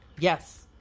Yes